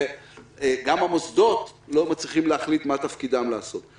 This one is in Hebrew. וגם המוסדות לא מצליחים להחליט מה תפקידם ומה עליהם לעשות.